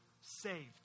saved